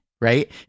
right